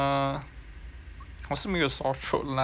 我是没有 sorethroat lah